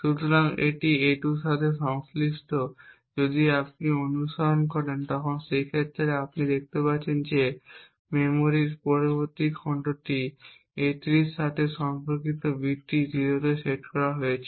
সুতরাং এখানে a2 এর সাথে সংশ্লিষ্ট যদি আপনি অনুসরণ করেন এই ক্ষেত্রগুলিতে আমরা দেখতে পাচ্ছি যে মেমরির পরবর্তী খণ্ডটি a3 এর সাথে সম্পর্কিত বিটটি 0 এ সেট করা হয়েছে